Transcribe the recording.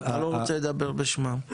אתה לא רוצה לדבר בשמם.